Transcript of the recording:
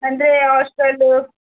ಅಂದರೆ ಹಾಸ್ಟೆಲು